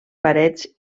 parets